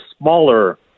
smaller